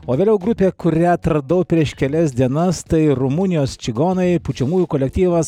o vėliau grupė kurią atradau prieš kelias dienas tai rumunijos čigonai pučiamųjų kolektyvas